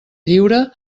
lliure